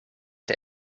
der